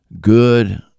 good